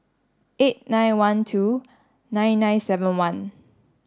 eight nine one two nine nine seven one